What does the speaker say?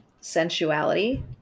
sensuality